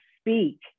speak